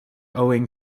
owing